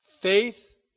faith